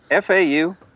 FAU